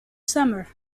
summer